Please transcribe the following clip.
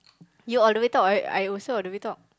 you all the way talk I also all the way talk